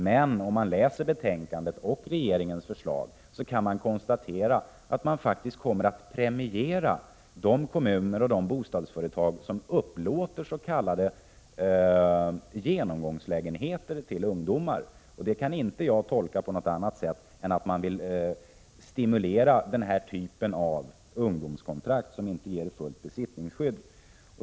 Men om vi läser betänkandet och regeringens förslag, kan vi konstatera att man faktiskt kommer att premiera de kommuner och bostadsföretag som upplåter s.k. genomgångslägenheter till ungdomar. Det kan jag inte tolka på annat sätt än att man vill stimulera denna typ av ungdomskontrakt, som inte ger fullt besittningsskydd.